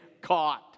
caught